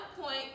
point